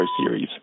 series